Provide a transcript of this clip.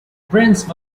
prince